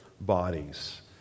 bodies